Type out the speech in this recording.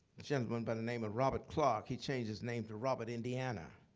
gentleman by the name of robert clark. he changed his name to robert indiana.